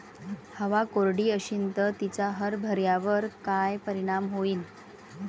हवा कोरडी अशीन त तिचा हरभऱ्यावर काय परिणाम होईन?